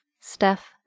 Steph